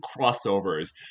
crossovers